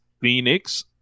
Phoenix